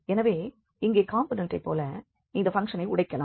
எனவே இங்கே காம்போனெண்ட்டைப் போல இந்த பங்க்ஷனை உடைக்கலாம்